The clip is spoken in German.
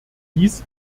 dies